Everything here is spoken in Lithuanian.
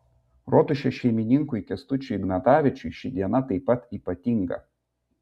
rotušės šeimininkui kęstučiui ignatavičiui ši diena taip pat ypatinga